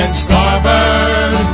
starboard